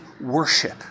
worship